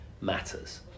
matters